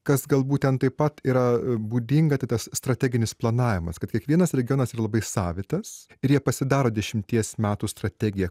kas gal būtent taip pat yra būdinga tai tas strateginis planavimas kad kiekvienas regionas yra labai savitas ir jie pasidaro dešimties metų strategiją